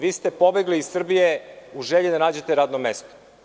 Vi ste pobegli iz Srbije u želji da nađete radno mesto.